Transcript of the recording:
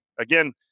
Again